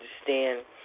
understand